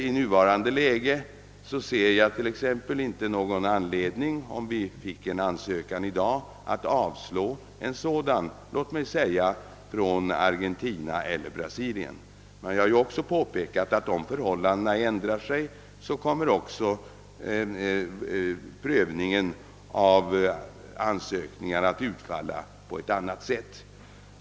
I nuvarande läge ser jag inte någon anledning att avslå en eventuell ansökan från t.ex. Argentina eller Brasilien. Jag har emellertid också framhållit att om en förändring inträffar kommer prövningen av ansökningar att utfalla på ett annat sätt.